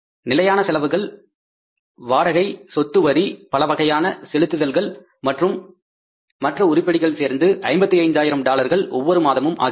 நிலையான செலவுகள் வாடகை சொத்து வரி பலவகையான செலுத்துதல் மற்றும் மற்ற உருப்படிகள் சேர்ந்து 55 ஆயிரம் டாலர்கள் ஒவ்வொரு மாதமும் ஆகின்றன